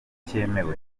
cyemewe